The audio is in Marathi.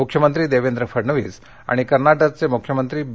मुख्यमंत्री देवेंद्र फडणवीस आणि कर्नाटकघे मुख्यमंत्री बी